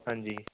ਹਾਂਜੀ